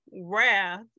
wrath